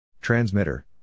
Transmitter